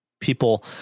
people